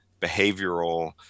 behavioral